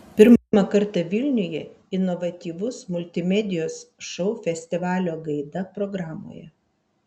pirmą kartą vilniuje inovatyvus multimedijos šou festivalio gaida programoje